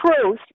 truth